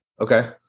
Okay